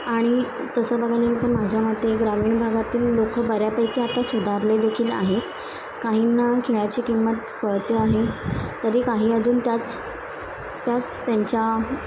आणि तसं बघायला गेलं तर माझ्या मते ग्रामीण भागातील लोक बऱ्यापैकी आता सुधारले देखील आहेत काहींना खेळाची किंमत कळते आहे तरी काही अजून त्याच त्याच त्यांच्या